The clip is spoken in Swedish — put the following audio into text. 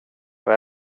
jag